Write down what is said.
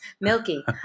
Milky